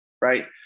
Right